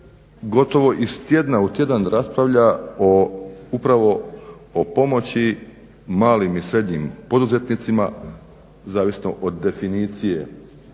gotovo iz tjedna u tjedan raspravlja o, upravo o pomoći malim i srednjim poduzetnicima, zavisno od definicije.